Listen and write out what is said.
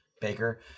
baker